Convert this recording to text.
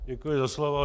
Děkuji za slovo.